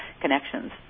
connections